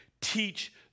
teach